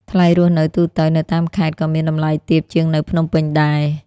ថ្លៃរស់នៅទូទៅនៅតាមខេត្តក៏មានតម្លៃទាបជាងនៅភ្នំពេញដែរ។